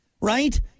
Right